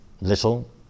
little